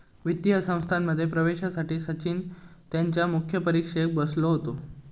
वित्तीय संस्थांमध्ये प्रवेशासाठी सचिन त्यांच्या मुख्य परीक्षेक बसलो होतो